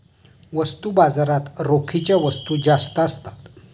वस्तू बाजारात रोखीच्या वस्तू जास्त असतात